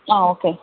അ okay